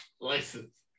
license